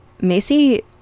Macy